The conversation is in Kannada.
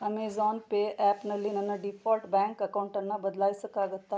ಅಮೇಝಾನ್ ಪೇ ಆ್ಯಪ್ನಲ್ಲಿ ನನ್ನ ಡಿಫಾಲ್ಟ್ ಬ್ಯಾಂಕ್ ಅಕೌಂಟನ್ನು ಬದ್ಲಾಯ್ಸಕ್ಕಾಗತ್ತಾ